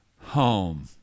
home